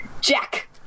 Jack